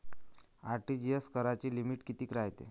RTGS कराची limit कितीक रायते?